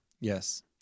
Yes